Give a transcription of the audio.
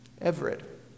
Everett